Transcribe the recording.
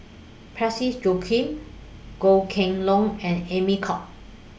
Parsick Joaquim Goh Kheng Long and Amy Khor